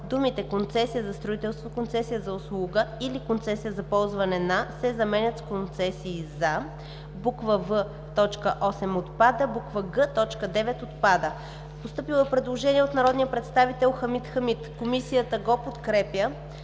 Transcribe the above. думите „Концесия за строителство, концесия за услуга или концесия за ползване на“ се заменят с „Концесии за“; в) т. 8 – отпада; г) т. 9 – отпада.“ Постъпило е предложение от народния представител Хамид Хамид. Комисията го подкрепя